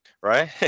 Right